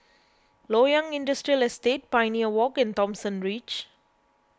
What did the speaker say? Loyang Industrial Estate Pioneer Walk and Thomson Ridge